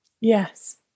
yes